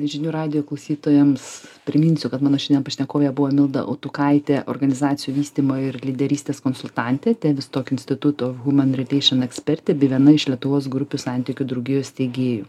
žinių radijo klausytojams priminsiu kad mano pašnekovė buvo milda autukaitė organizacijų vystymo ir lyderystės konsultantė ekspertė bei viena iš lietuvos grupių santykių draugijos steigėjų